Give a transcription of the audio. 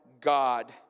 God